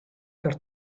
per